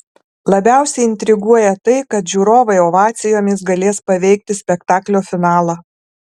labiausiai intriguoja tai kad žiūrovai ovacijomis galės paveikti spektaklio finalą